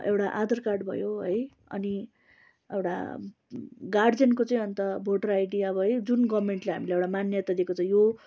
एउटा आधार कार्ड भयो है अनि एउटा गार्जेनको चाहिँ अन्त भोटर आइडी अब है जुन गर्मेन्टले हामीलाई एउटा मान्यता दिएको छ यो